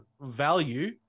value